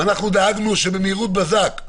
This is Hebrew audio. ואנחנו דאגנו שזה יהיה במהירות הבזק,